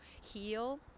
heal